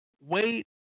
wait